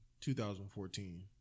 2014